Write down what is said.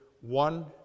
one